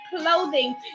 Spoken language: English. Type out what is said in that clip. clothing